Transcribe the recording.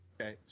Okay